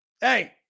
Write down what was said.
hey